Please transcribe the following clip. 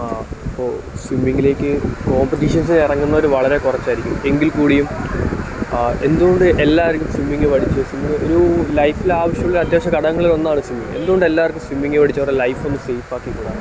ആ അപ്പോൾ സ്വിമ്മിങ്ങിലേക്ക് കോമ്പറ്റീഷൻസിനു ഇറങ്ങുന്നവർ വളരെ കുറച്ചായിരിക്കും എങ്കിൽ കൂടിയും എന്തു കൊണ്ട് എല്ലാവരും സ്വിമ്മിങ്ങ് പഠിച്ചു സ്വിമ്മിങ്ങ് ഒരു ലൈഫിലാവശ്യം ഉള്ള അത്യാവശ്യ ഘടകങ്ങളിലൊന്നാണ് സ്വിമ്മിങ്ങ് എന്തു കൊണ്ട് എല്ലാവർക്കും സ്വിമ്മിങ്ങ് പഠിച്ചു കൊണ്ട് ലൈഫൊന്ന് സെയിഫാക്കി കൂട